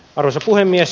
arvoisa puhemies